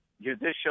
Judicial